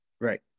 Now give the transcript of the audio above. right